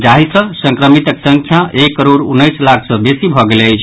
जाहि सँ संक्रमितक संख्या एक करोड़ उन्नैस लाख सँ बेसी भऽ गेल अछि